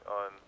on